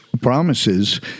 promises